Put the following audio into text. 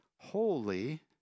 holy